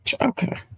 Okay